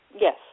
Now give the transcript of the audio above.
Yes